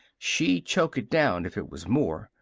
she'd choke it down if it was more.